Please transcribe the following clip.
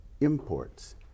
imports